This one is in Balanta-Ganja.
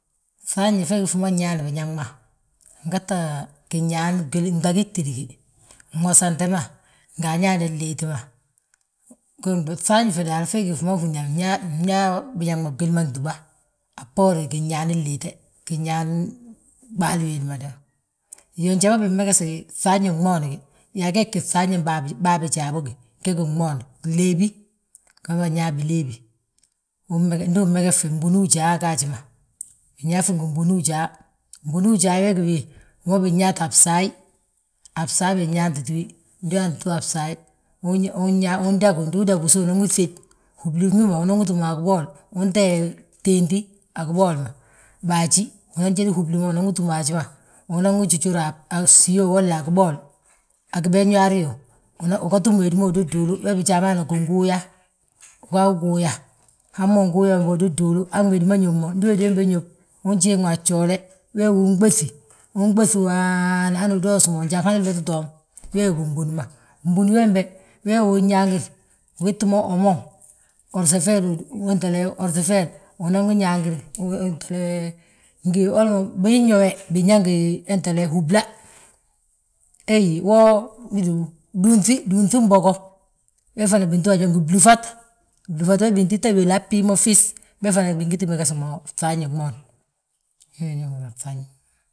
fŧafñe fegí fima nñaan biãŋ ma, ngeta giñaan gdagí gtídi gi, fwosante ma, nga añaani liiti ma. Fŧafñe fe daal, fe gí fi ma, húri yaa fnyaa biñaŋ ma gwili ma gdúba. A bboorin ginñaani liite, ginñaani ɓaali wiindi ma. Njali ma bimmegsigi fŧafñi fmooni gi yaa geegi fŧafñi bâan bijaa bógi ge gí gmoon, gleebi, wi ma binyaa binleebi. Ndu ummegesfi mbuni ujaa gaaj ma, binyaafi ngi bunu ujaa, bunu ujaa we gí wi? Wima binyaata a bsaayi, a bsaayi binyaantitiwi, ndu yaantitiwi a bsaayi, undangiwi ndu udangiwi unan wi sib. wubli wi ma unan wi túm a gibool, untee teenti a gibool ma. Baaji unan jédi wubli ma unanwi túm haji ma, unan wi jujur a fsíyo walla a gibool, agi beñuwaari yoo. Uga túm wédi ma ududuulu, weewi bijaa ma yaana ginguuya, ugaa wi guuya. Hamma unguuya wi bembe ududuulu han wédi ma ñób mo, ndi wédi wembe ñób, unjiŋwi a gjoole. Wee wi unɓéf, unɓéfi haaa, hanu udoos mo, njan wali nloti toom, wee gí nbun ma. Nbunu wembe wee wi unñaangir, ugiti mo omon, odsafeer, unan wi ñaangir, binyo we, binyaa ngi wúbla, dúnŧin bogo, we fana bito yaa ngi flúfat, flúfat be bintita wéli han bbii mo fis, be fana bingiti meges mo gŧafñi gmoon, weewi ñe húra a fŧafñi ma.